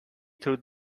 through